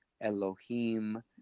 Elohim